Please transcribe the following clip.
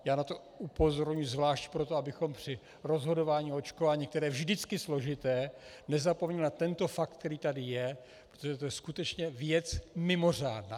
Já na to upozorňuji zvlášť proto, abychom při rozhodování o očkování, které je vždycky složité, nezapomněli na tento fakt, který tady je, protože je to skutečně věc mimořádná.